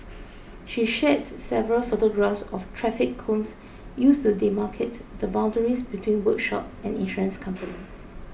she shared several photographs of traffic cones used to demarcate the boundaries between workshop and insurance company